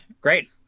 great